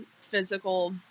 physical